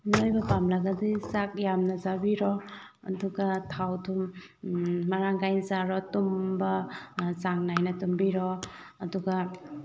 ꯅꯣꯏꯕ ꯄꯥꯝꯂꯒꯗꯤ ꯆꯥꯛ ꯌꯥꯝꯅ ꯆꯥꯕꯤꯔꯣ ꯑꯗꯨꯒ ꯊꯥꯎ ꯊꯨꯝ ꯃꯔꯥꯡ ꯀꯥꯏꯅ ꯆꯥꯔꯣ ꯇꯨꯝꯕ ꯆꯥꯡ ꯅꯥꯏꯅ ꯇꯨꯝꯕꯤꯔꯣ ꯑꯗꯨꯒ